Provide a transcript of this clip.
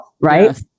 Right